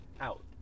out